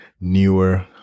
newer